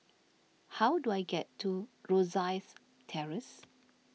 how do I get to Rosyth Terrace